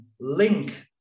link